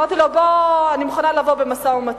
אמרתי לו: אני מוכנה לבוא במשא-ומתן.